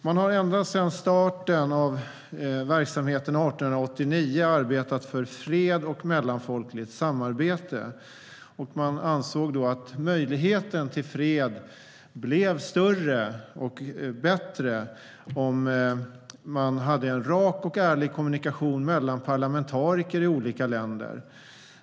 Man har ända sedan starten av verksamheten 1889 arbetat för fred och mellanfolkligt samarbete. Man ansåg då att möjligheten till fred blev större och bättre om man hade en rak och ärlig kommunikation mellan parlamentariker i olika länder.